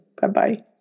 Bye-bye